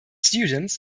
students